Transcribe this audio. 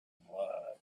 blood